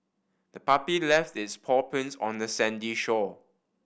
the puppy left its paw prints on the sandy shore